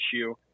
issue